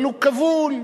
הוא כבול.